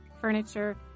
furniture